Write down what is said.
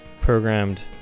programmed